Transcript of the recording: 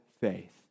faith